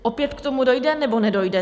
Opět k tomu dojde, nebo nedojde?